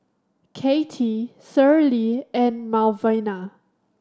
Kattie Shirlie and Malvina